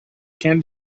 candy